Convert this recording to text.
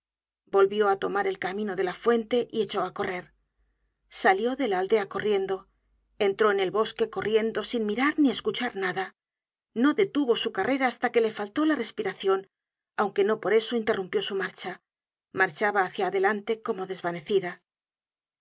volvió á tomar el camino de la fuente y echó á correr salió de la aldea corriendo entró en el bosque corriendo sin mirar ni escuchar nada no detuvo su carrera hasta que le faltó la res piracion aunque no por eso interrumpió su marcha marchaba hácia adelante como desvanecida